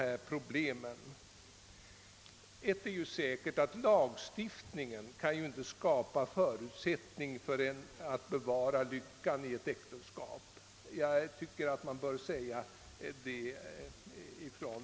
Ett är emellertid säkert, nämligen att själva lagstiftningen nu inte kan skapa förutsättningar för någon att bevara lyckan i sitt äktenskap.